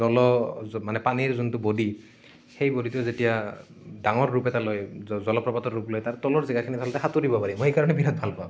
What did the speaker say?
জল মানে পানীৰ যিটো বডি সেই বডিটো যেতিয়া ডাঙৰ ৰূপ এটা লয় জলপ্ৰপাতৰ ৰূপ লয় তাৰ তলৰ জেগাখিনি সাঁতুৰিব পাৰি মই সেইকাৰণে বিৰাট ভাল পাওঁ